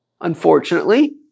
unfortunately